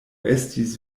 estis